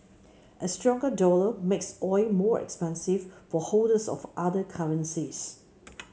a stronger dollar makes oil more expensive for holders of other currencies